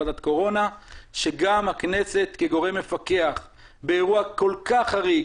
ועדת קורונה שגם הכנסת כגורם מפקח באירוע כל כך חריג